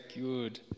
good